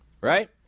right